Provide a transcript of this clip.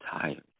tired